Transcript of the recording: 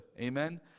Amen